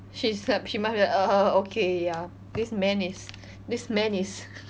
she's like she must be like okay ya this man is this man is